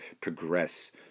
progress